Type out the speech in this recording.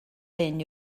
hyn